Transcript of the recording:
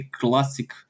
classic